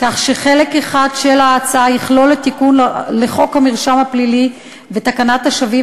כך שחלק אחד של ההצעה יכלול את התיקון לחוק המרשם הפלילי ותקנת השבים,